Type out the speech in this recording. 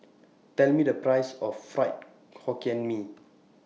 Tell Me The Price of Fried Hokkien Mee